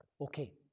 Okay